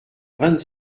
vingt